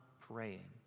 praying